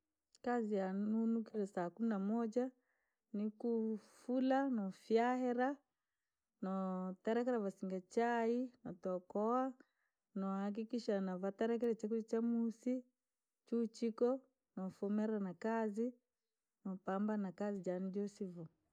Kazi yaane nainukire kumi na moja, nikufula, noofyaira, nooterekere vasinga chai, notookoa, noohakikisha navaterekire chakurya chamuusi, chiuchiko, noofumiira nakazi, noopambana na kazi jaani joosi vuu.